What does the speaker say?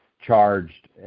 charged